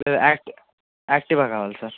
act Activa కావాలి sir